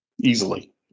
easily